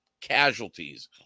casualties